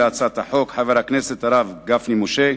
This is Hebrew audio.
חבר הכנסת הרב גפני משה,